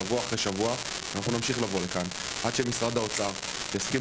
שבוע אחרי שבוע ואנחנו נמשיך לבוא לכאן עד שמשרד האוצר יסכים